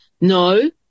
no